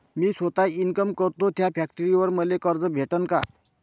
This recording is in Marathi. मी सौता इनकाम करतो थ्या फॅक्टरीवर मले कर्ज भेटन का?